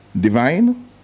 divine